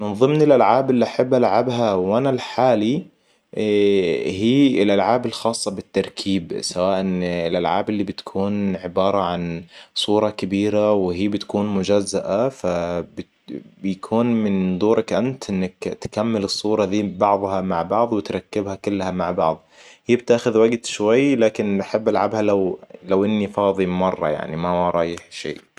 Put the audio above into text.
من ضمن الألعاب اللي أحب ألعبها وأنا لحالي هي الألعاب الخاصة بالتركيب سواء الألعاب اللي بتكون عبارة عن صورة كبيرة وهي بتكون مجزئة فبيكون من دورك إنت إنك تكمل الصورة دي بعضها مع بعض وتركبها كلها مع بعض. هي بتاخذ وقت شوي لكن بحب العبها لو لو إني فاضي مرة يعني ما ورايا شي